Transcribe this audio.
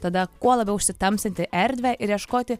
tada kuo labiau užsitamsinti erdvę ir ieškoti